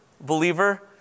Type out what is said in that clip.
believer